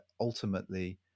ultimately